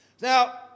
Now